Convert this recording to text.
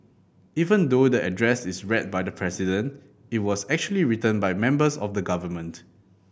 even though the address is read by the president it was actually written by members of the government